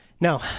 now